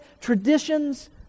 Traditions